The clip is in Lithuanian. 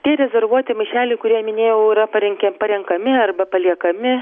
tie rezervuoti maišeliai kurie minėjau yra parenke parenkami arba paliekami